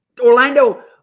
Orlando